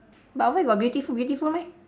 but where got beautiful beautiful meh